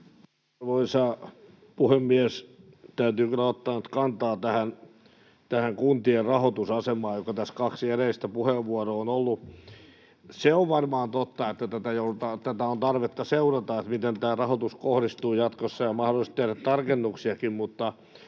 Arvoisa puhemies! Täytyy kyllä ottaa nyt kantaa tähän kuntien rahoitusasemaan, josta kaksi edellistä puheenvuoroa ovat olleet: Se on varmaan totta, että on tarvetta seurata, miten tämä rahoitus kohdistuu jatkossa, ja mahdollisesti tehdä tarkennuksiakin,